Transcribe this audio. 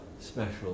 special